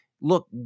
look